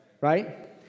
Right